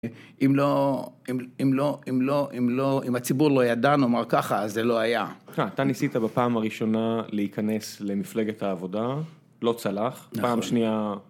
אם לא, אם לא, אם לא, אם לא, אם הציבור לא ידע נאמר ככה, אז זה לא היה. אתה ניסית בפעם הראשונה להיכנס למפלגת העבודה, לא צלח. פעם שנייה...